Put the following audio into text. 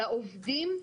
על העובדים,